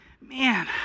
man